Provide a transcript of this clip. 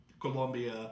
Colombia